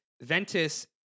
Ventus